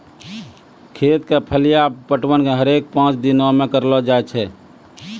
खेत क फलिया पटवन हरेक पांच दिनो म करलो जाय छै